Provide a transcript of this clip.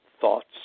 thoughts